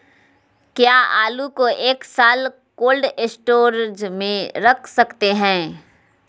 क्या आलू को एक साल कोल्ड स्टोरेज में रख सकते हैं?